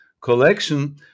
collection